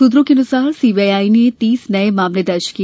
सूत्रों के अनुसार सीबीआई ने तीस नये मामले दर्ज किए